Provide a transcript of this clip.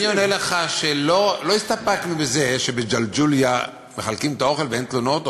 אני עונה לך שלא הסתפקנו בזה שבג'לג'וליה מחלקים את האוכל ואין תלונות,